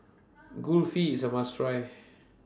Kulfi IS A must Try